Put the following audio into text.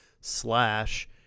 slash